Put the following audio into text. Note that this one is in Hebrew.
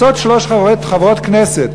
רוצות שלוש חברות כנסת,